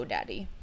Daddy